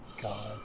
God